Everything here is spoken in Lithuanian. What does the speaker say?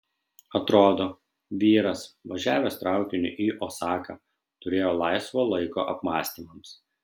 atrodo vyras važiavęs traukiniu į osaką turėjo laisvo laiko apmąstymams